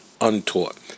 untaught